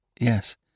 Yes